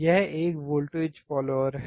यह एक voltage follower है